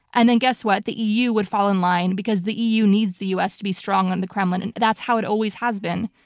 and then guess what? the eu would fall in line because the eu needs the u. s. to be strong on the kremlin. and that's how it always has been.